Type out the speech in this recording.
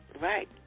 Right